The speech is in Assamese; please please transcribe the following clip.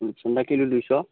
ৰূপচন্দা কিলো দুইশ